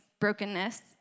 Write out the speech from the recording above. brokenness